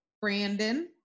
brandon